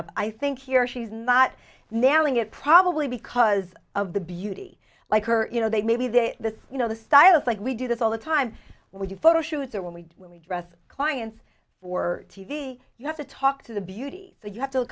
up i think here she's not nailing it probably because of the beauty like her you know they maybe the you know the styles like we do this all the time we do photo shoots or when we when we dress clients for t v you have to talk to the beauty you have to